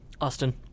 Austin